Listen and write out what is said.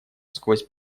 сквозь